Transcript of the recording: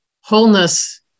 wholeness